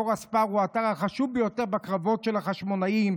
בור אספר הוא האתר החשוב ביותר בקרבות של החשמונאים.